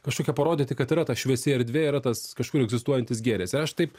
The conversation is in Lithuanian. kažkokią parodyti kad yra ta šviesi erdvė yra tas kažkur egzistuojantis gėris ir aš taip